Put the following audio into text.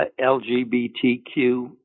LGBTQ